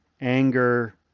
anger